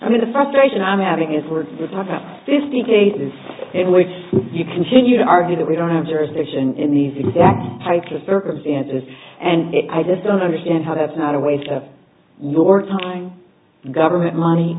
i mean the frustration i'm having is we're talking fifty cases in which you continue to argue that we don't have jurisdiction in these exact type of circumstances and i just don't understand how that's not a waste of more time government money